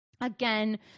Again